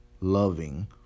loving